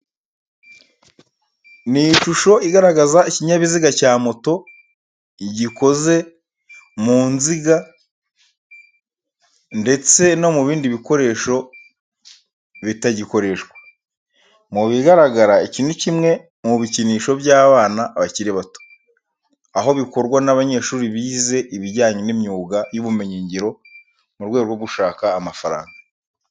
Ni ishusho igaragaza ikinyabiziga cya moto gikoze mu nsinga ndetse no mu bindi bikoresho bitagikoreshwa. Mu bigaragara iki ni kimwe mu bikinisho by'abana bakiri bato, aho bikorwa n'abanyeshuri bize ibijyanye n'imyuga n'ubumenyingiro mu rwego rwo gushaka amafaranga.